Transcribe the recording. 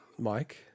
mike